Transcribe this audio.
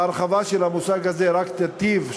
ההרחבה של המושג הזה רק תיטיב,